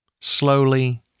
Slowly